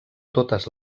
totes